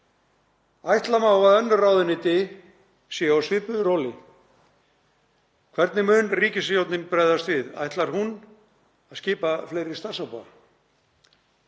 Ætla má að önnur ráðuneyti séu á svipuðu róli. Hvernig mun ríkisstjórnin bregðast við? Ætlar hún að skipa fleiri starfshópa?